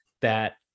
that-